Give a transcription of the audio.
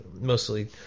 mostly